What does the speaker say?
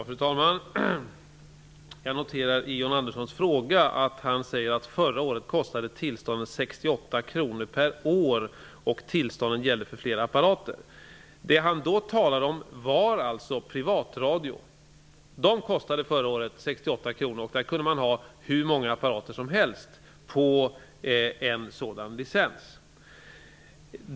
Fru talman! Jag noterar i John Anderssons fråga att han säger att tillståndet förra året kostade 68 kr per år och gällde för flera apparater. Det han då talade om var privatradio. Privatradio kostade förra året 68 kr, och man kunde ha hur många apparater som helst på en licens.